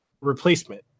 replacement